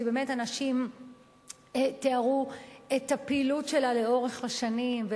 כי אנשים תיארו את הפעילות שלה לאורך השנים,